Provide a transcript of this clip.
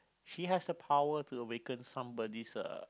he has the power to awaken somebody's uh